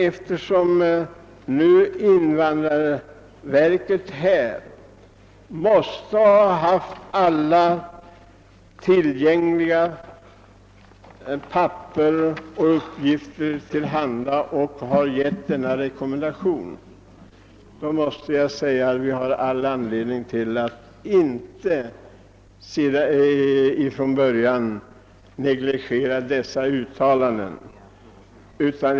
Eftersom invandrarverket måste ha haft alla tillgängliga uppgifter till hands när det avgav sin rekommendation, finns det nog inte anledning att från början negligera officiella uttalanden.